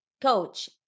coach